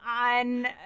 on